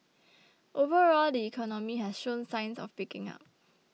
overall the economy has shown signs of picking up